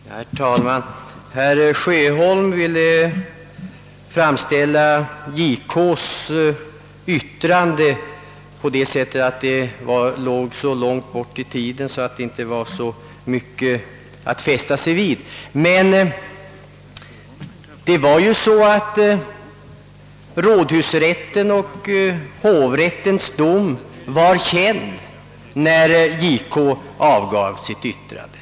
Herr talman! Herr Sjöholm ville göra gällande att justitiekanslerns yttrande låg så långt bort i tiden att det inte var så mycket att fästa sig vid. Rådhusrättens och hovrättens dom var emellertid känd när JK avgav sitt yttrande.